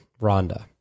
Rhonda